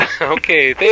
Okay